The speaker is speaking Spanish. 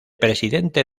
presidente